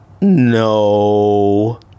No